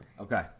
Okay